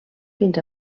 fins